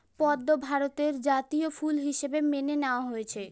পদ্ম ভারতের জাতীয় ফুল হিসাবে মেনে নেওয়া হয়েছে